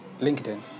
LinkedIn